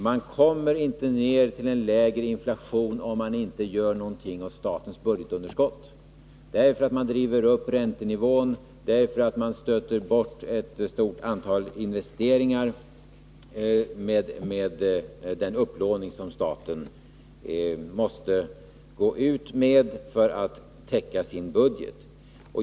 Man kommer inte ned till en lägre inflation, om man inte gör något åt statens budgetunderskott — därför att staten driver upp räntenivån, därför att staten stöter bort ett stort antal investeringar med den upplåning staten måste gå ut med för att täcka sin budget.